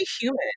human